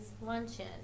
luncheon